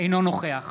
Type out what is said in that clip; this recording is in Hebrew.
אינו נוכח